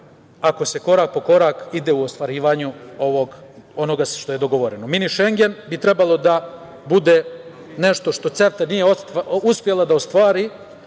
ako se korak po korak ide u ostvarivanju onoga što je dogovoreno. Mini šengen bi trebalo da bude nešto što CEFTA nije uspela da ostvari,